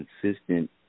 consistent